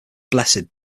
blessed